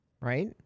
right